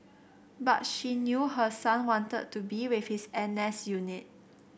but she knew her son wanted to be with his N S unit